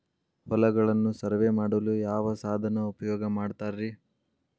ಹೊಲಗಳನ್ನು ಸರ್ವೇ ಮಾಡಲು ಯಾವ ಸಾಧನ ಉಪಯೋಗ ಮಾಡ್ತಾರ ರಿ?